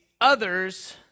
others